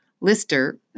Lister